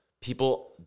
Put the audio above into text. people